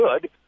good